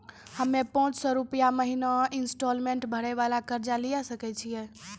हम्मय पांच सौ रुपिया महीना इंस्टॉलमेंट भरे वाला कर्जा लिये सकय छियै?